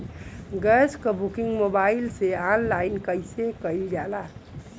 Gas क booking mobile से online कईसे कईल जाला?